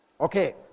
Okay